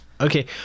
Okay